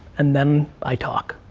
and then i talk.